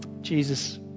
Jesus